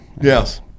Yes